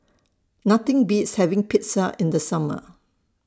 Nothing Beats having Pizza in The Summer